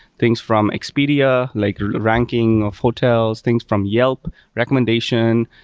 things from expedia, like ranking of hotels. things from yelp recommendation,